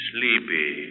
Sleepy